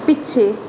ਪਿੱਛੇ